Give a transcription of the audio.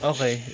Okay